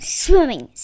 swimming